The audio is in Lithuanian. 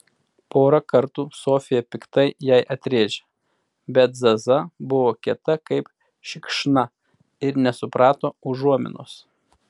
porą kartų sofija piktai jai atrėžė bet zaza buvo kieta kaip šikšna ir nesuprato užuominos